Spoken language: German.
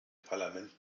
parlament